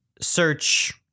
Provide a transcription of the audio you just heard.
search